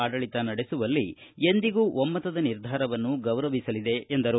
ಆಡಳಿತ ನಡೆಸುವಲ್ಲಿ ಎಂದಿಗೂ ಒಮ್ಮತದ ನಿರ್ಧಾರವನ್ನು ಗೌರವಿಸಲಿದೆ ಎಂದರು